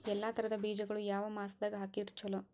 ಎಲ್ಲಾ ತರದ ಬೇಜಗೊಳು ಯಾವ ಮಾಸದಾಗ್ ಹಾಕಿದ್ರ ಛಲೋ?